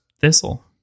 Thistle